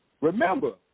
Remember